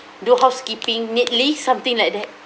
do housekeeping neatly something like that